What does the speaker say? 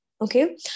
okay